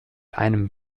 einem